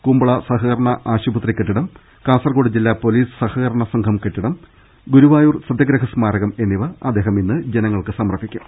കുമ്പള സഹകരണ ആശുപത്രി കെട്ടിടം കാസർകോട് ജില്ലാ പൊലീസ് സഹകരണ സംഘം കെട്ടിടം ഗുരുവാ യൂർ സത്യഗ്രഹ സ്മാരകം എന്നിവ അദ്ദേഹം ഇന്ന് ജനങ്ങൾക്ക് സമർപ്പി ക്കും